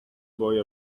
boy